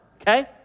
Okay